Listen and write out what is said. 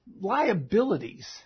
liabilities